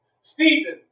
Stephen